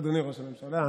אדוני ראש הממשלה,